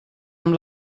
amb